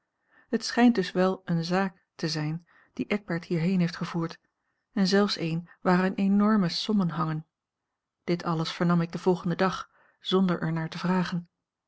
het schijnt dus wel eene zaak te zijn die eckbert hierheen heeft gevoerd en zelfs eene waaraan enorme sommen hangen dit alles vernam ik den volgenden dag zonder er naar te vragen